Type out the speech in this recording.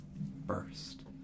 burst